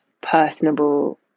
personable